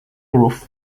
huruf